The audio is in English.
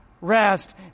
rest